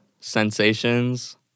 sensations